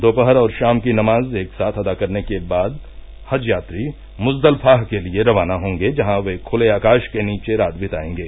दोपहर और शाम की नमाज एकसाथ अदा करने के बाद हज यात्री मुजदलफाह के लिए रवाना होंगे जहां वे खुले आकाश के नीचे रात दिताएंगे